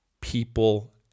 people